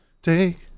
Take